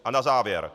A na závěr.